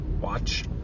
watch